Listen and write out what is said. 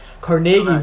Carnegie